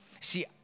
See